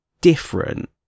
different